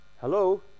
Hello